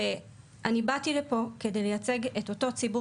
אני באתי היום כדי לייצג את אותו ציבור